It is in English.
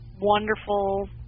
wonderful